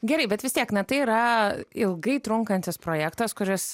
gerai bet vis tiek ne tai yra ilgai trunkantis projektas kuris